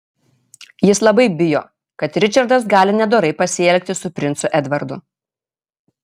jis labai bijo kad ričardas gali nedorai pasielgti su princu edvardu